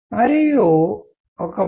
ఉదాహరణకి డిటెక్టివ్ కథలు